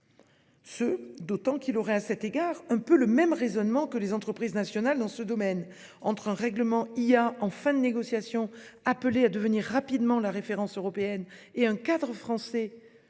D'autant qu'il aurait un peu le même raisonnement que les entreprises nationales dans ce domaine : entre un RIA en fin de négociation, appelé à devenir rapidement la référence européenne, et un cadre français